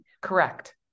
Correct